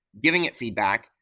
giving it feedback,